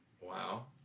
Wow